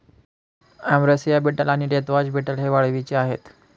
ambrosia beetle आणि deathwatch beetle हे वाळवीचे आहेत